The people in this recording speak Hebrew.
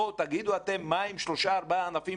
בואו תגידו אתם מה הם שלושה-ארבעה הענפים